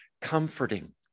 comforting